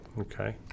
okay